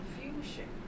confusion